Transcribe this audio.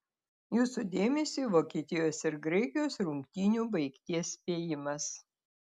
jūsų dėmesiui vokietijos ir graikijos rungtynių baigties spėjimas